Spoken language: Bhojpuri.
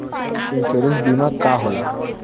इन्शुरन्स बीमा का होला?